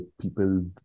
people